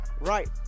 right